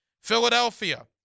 Philadelphia